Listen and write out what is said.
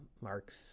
Mark's